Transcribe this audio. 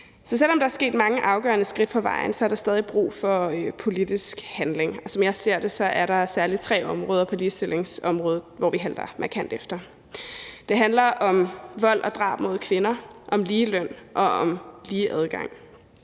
Så selv om der er taget mange afgørende skridt på vejen, er der stadig brug for politisk handling, og som jeg ser det, er der særlig tre områder på ligestillingsområdet, hvor vi halter markant efter. Det handler om vold og drab mod kvinder, om ligeløn og om lige adgang,